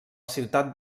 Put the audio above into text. ciutat